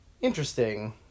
Interesting